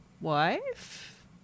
wife